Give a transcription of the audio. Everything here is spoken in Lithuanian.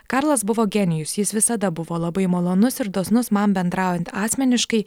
karlas buvo genijus jis visada buvo labai malonus ir dosnus man bendraujant asmeniškai